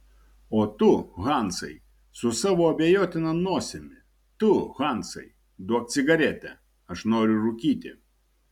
o tu hansai su savo abejotina nosimi tu hansai duok cigaretę aš noriu rūkyti